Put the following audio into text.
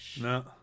No